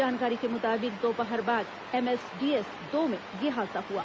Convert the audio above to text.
जानकारी के मुताबिक दोपहर बाद एमएसडीएस दो में यह हादसा हुआ